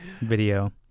video